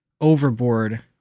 overboard